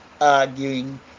arguing